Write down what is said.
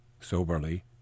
soberly